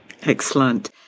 excellent